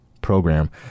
Program